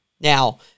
Now